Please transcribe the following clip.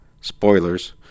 Spoilers